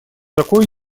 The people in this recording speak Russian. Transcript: такой